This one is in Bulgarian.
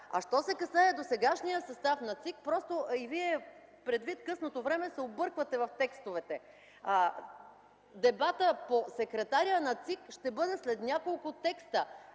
е! Що се касае до сегашния състав на ЦИК, предвид късното време и вие се обърквате в текстовете, дебатът по секретаря на ЦИК ще бъде след няколко текста,